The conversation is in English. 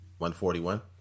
141